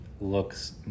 looks